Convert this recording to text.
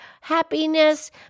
happiness